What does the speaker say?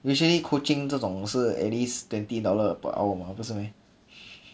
usually coaching 这种是 at least twenty dollar per hour mah 不是 meh